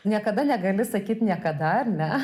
niekada negali sakyti niekada ar ne